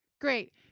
great